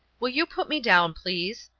will you put me down, please?